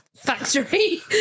factory